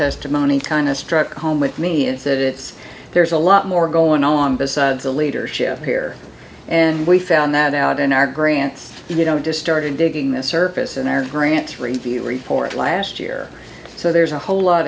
testimony time has struck home with me and said it's there's a lot more going on besides the leadership here and we found that out in our grants you know distorting digging the surface in our grants review report last year so there's a whole lot